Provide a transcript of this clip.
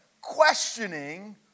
questioning